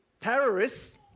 terrorists